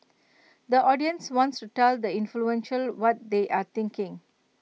the audience wants to tell the influential what they are thinking